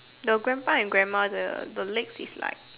the grandpa and grandma the the legs is like